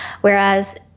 Whereas